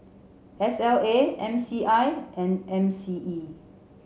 S L A M C I and M C E